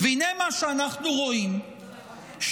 הם מכוונים לשמירה על הממסד שלכם,